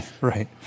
Right